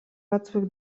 batzuek